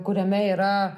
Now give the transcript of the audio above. kuriame yra